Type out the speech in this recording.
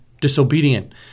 disobedient